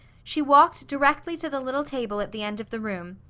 she walked directly to the little table at the end of the room,